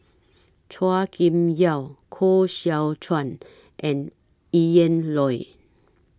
Chua Kim Yeow Koh Seow Chuan and Ian Loy